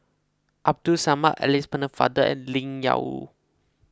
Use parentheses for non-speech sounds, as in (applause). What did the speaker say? Abdul Samad Alice Pennefather and (unintelligible)